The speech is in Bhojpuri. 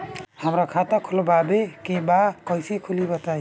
हमरा खाता खोलवावे के बा कइसे खुली बताईं?